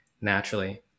naturally